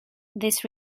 this